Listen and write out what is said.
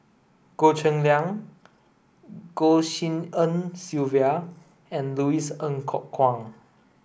Goh Cheng Liang Goh Tshin En Sylvia and Louis Ng Kok Kwang